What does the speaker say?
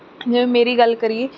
ਜਿਵੇਂ ਮੇਰੀ ਗੱਲ ਕਰੀਏ